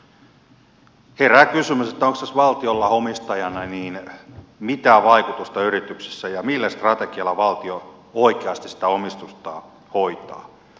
herää kysymys onko tässä valtiolla omistajana mitään vaikutusta yrityksissä ja millä strategialla valtio oikeasti sitä omistustaan hoitaa